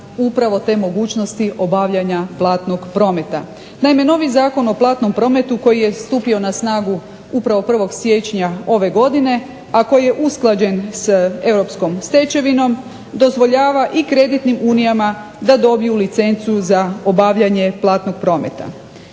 upravo te mogućnosti obavljanja platnog prometa. Naime, novi Zakon o platnom prometu koji je stupio na snagu upravo 1. siječnja ove godine, a koji je usklađen s europskom stečevinom dozvoljava i kreditnim unijama da dobiju licencu za obavljanje platnog prometa.